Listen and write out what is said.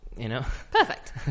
Perfect